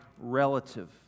relative